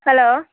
hello